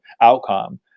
outcome